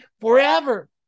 forever